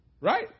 Right